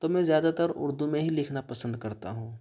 تو میں زیادہ تر اردو میں ہی لکھنا پسند کرتا ہوں